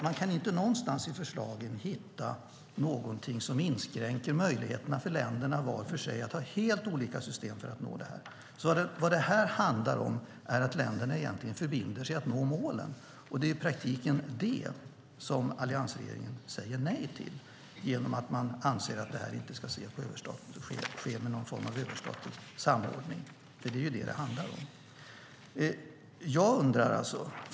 Man kan inte någonstans i förslagen hitta någonting som inskränker möjligheterna för länderna att var för sig ha helt olika system för att nå målen. Det här handlar om att länderna egentligen förbinder sig att nå målen. Det är i praktiken det som alliansregeringen säger nej till genom att anse att frågan inte ska hanteras med någon form av överstatlig samordning. Det är vad det handlar om.